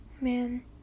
man